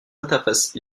interfaces